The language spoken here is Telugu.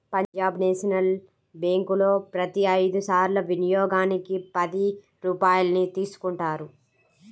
పంజాబ్ నేషనల్ బ్యేంకులో ప్రతి ఐదు సార్ల వినియోగానికి పది రూపాయల్ని తీసుకుంటారు